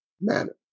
manner